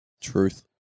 Truth